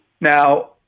Now